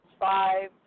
five